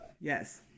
Yes